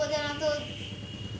ওদের হয়ত